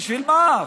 בשביל מה?